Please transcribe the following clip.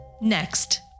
Next